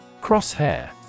Crosshair